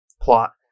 plot